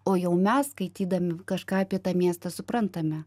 o jau mes skaitydami kažką apie tą miestą suprantame